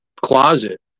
closet